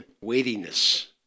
weightiness